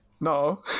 No